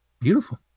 Beautiful